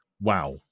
wow